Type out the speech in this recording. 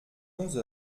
onze